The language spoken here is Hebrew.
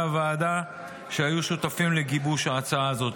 הוועדה שהיו שותפים לגיבוש ההצעה הזאת.